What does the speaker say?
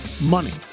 money